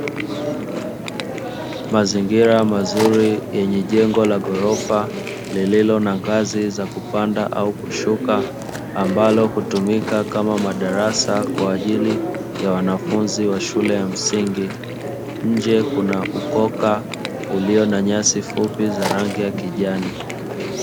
Mazingira mazuri yenye jengo la ghorofa lililo na ngazi za kupanda au kushuka ambalo hutumika kama madarasa kwa ajili ya wanafunzi wa shule ya msingi, nje kuna ukoka ulio na nyasi fupi za rangi ya kijani.